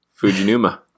Fujinuma